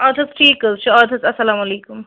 اَدٕ حظ ٹھیٖک حظ چھُ اَدٕ حظ اسلام علیکُم